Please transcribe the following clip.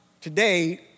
today